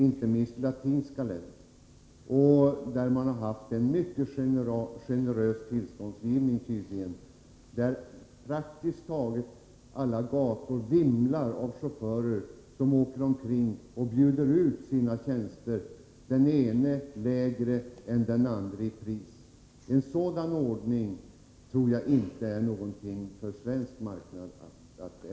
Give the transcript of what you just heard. Inte minst i latinska länder har man tydligen en mycket generös tillståndsgivning: praktiskt taget alla gator vimlar av chaufförer som åker omkring och bjuder ut sina tjänster, den ena till lägre pris än den andra. En sådan ordning tror jag inte är någonting för Sverige.